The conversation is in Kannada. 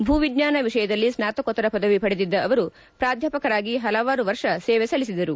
ಭೂವಿಜ್ಞಾನ ವಿಷಯದಲ್ಲಿ ಸ್ನಾತಕೋತ್ತರ ಪದವಿ ಪಡೆದಿದ್ದ ಅವರು ಪ್ರಾಧ್ಯಾಪಕರಾಗಿ ಪಲವಾರು ವರ್ಷ ಸೇವೆ ಸಲ್ಲಿಸಿದರು